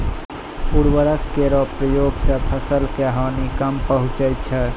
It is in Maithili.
उर्वरक केरो प्रयोग सें फसल क हानि कम पहुँचै छै